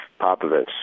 Popovich